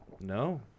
No